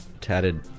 tatted